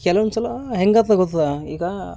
ಕೆಲವೊಂದ್ಸಲ ಹೇಗಾಗ್ತದ ಗೊತ್ತಾ ಈಗ